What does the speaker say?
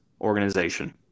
organization